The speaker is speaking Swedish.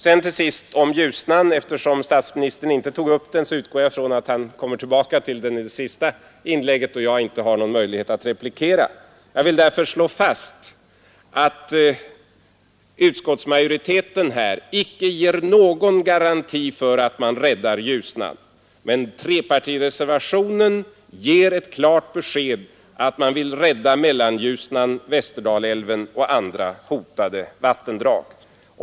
Slutligen några ord om Ljusnan. Eftersom statsministern inte tog upp den frågan utgår jag från att han kommer tillbaka till den i sitt sista inlägg, då jag inte har någon möjlighet att replikera. Därför vill jag nu slå fast att utskottsmajoriteten inte ger någon garanti för att man räddar Ljusnan. Men trepartireservationen ger ett klart besked om att man vill rädda Mellanljusnan, Västerdalälven och andra hotade vattendrag.